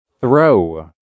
throw